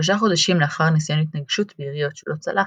שלושה חודשים לאחר ניסיון התנקשות ביריות שלא צלח,